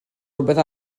rhywbeth